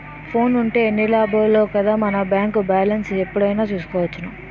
ఫోనుంటే ఎన్ని లాభాలో కదా మన బేంకు బాలెస్ను ఎప్పుడైనా చూసుకోవచ్చును